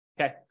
okay